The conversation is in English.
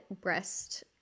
breast